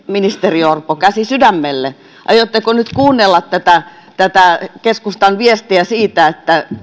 ministeri orpo käsi sydämelle aiotteko nyt kuunnella tätä tätä keskustan viestiä siitä että